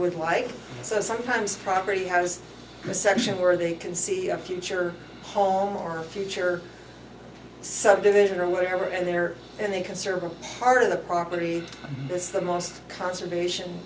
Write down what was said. with like so sometimes property has a section where they can see a future home or a future subdivision or whatever and there and they can serve a part of the property with the most conservation